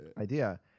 idea